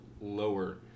lower